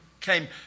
came